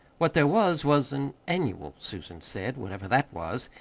what there was, was an annual, susan said, whatever that was.